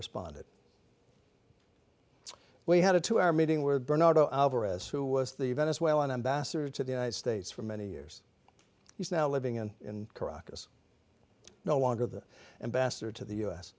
responded we had a two hour meeting where bernardo alvarez who was the venezuelan ambassador to the united states for many years he's now living in caracas no longer the and bastard to the u